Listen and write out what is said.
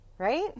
Right